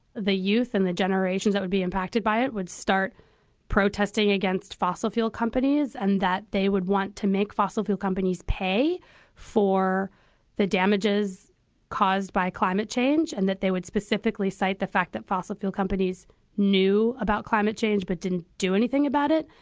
the youth and the generation that would be impacted by it would start protesting against fossil fuel companies, and that they would want to make fossil fuel companies pay for the damages caused by climate change, and that they would specifically cite the fact that fossil fuel companies knew about climate change but didn't do anything about it,